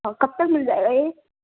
کب تک مل جائے گا یہ